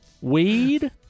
Weed